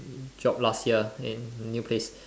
job last year in new place